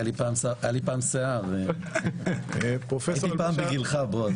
היה לי פעם שיער, הייתי פעם בגילך, בועז.